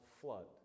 flood